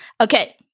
Okay